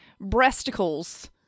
breasticles